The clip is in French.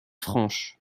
franche